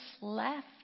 left